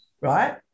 right